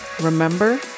remember